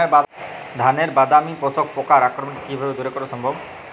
ধানের বাদামি শোষক পোকার আক্রমণকে কিভাবে দূরে করা সম্ভব?